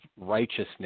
righteousness